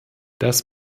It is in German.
das